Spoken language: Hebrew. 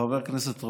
חבר הכנסת רול,